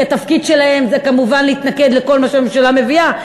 כי התפקיד שלהם זה כמובן להתנגד לכל מה שהממשלה מביאה,